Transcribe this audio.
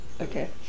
okay